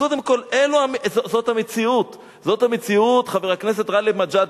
קודם כול, זאת המציאות, חבר הכנסת גאלב מג'אדלה.